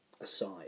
aside